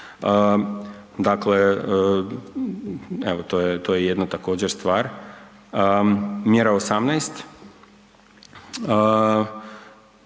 Dakle, evo to je jedna također stvar. Mjera 18,